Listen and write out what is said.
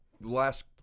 last